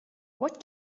what